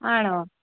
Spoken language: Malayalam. ആണോ